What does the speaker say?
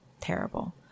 terrible